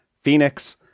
Phoenix